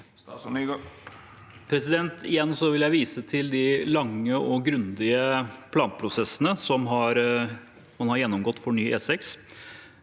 Igjen vil jeg vise til de lange og grundige planprosessene som man har gjennomgått for ny E6.